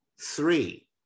three